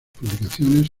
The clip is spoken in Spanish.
publicaciones